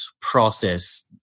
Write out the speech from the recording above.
process